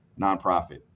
nonprofit